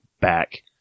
back